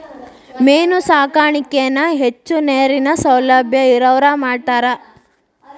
main ಸಾಕಾಣಿಕೆನ ಹೆಚ್ಚು ನೇರಿನ ಸೌಲಬ್ಯಾ ಇರವ್ರ ಮಾಡ್ತಾರ